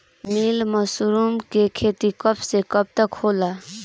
Milky mushroom के खेती कब से कब तक होला?